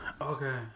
Okay